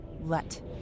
let